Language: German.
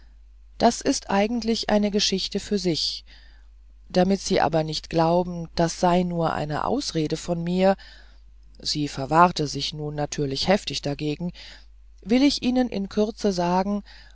das ist eigentlich eine geschichte für sich damit sie aber nicht glauben das sei nur eine ausrede von mir sie verwahrte sich nun natürlich heftig dagegen will ich ihnen in kürze sagen